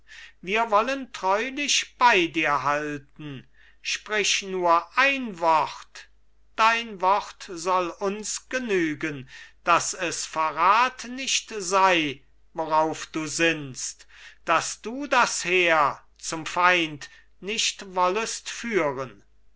wir wollen treulich bei dir halten sprich nur ein wort dein wort soll uns genügen daß es verrat nicht sei worauf du sinnst daß du das heer zum feind nicht wollest führen